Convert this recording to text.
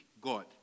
God